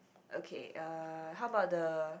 okay uh how about the